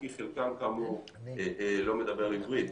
כי חלקם כאמור לא מדבר עברית.